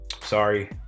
sorry